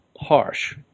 harsh